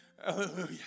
Hallelujah